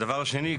הדבר השני,